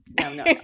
No